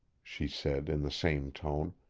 she said in the same tone.